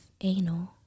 anal